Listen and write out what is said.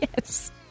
Yes